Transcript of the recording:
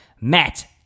Matt